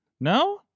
No